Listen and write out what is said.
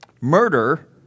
murder